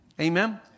Amen